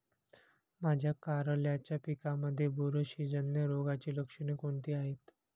माझ्या कारल्याच्या पिकामध्ये बुरशीजन्य रोगाची लक्षणे कोणती आहेत?